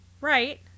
Right